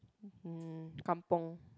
mm kampung